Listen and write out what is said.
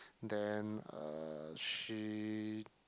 then uh she